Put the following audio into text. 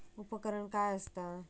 उपकरण काय असता?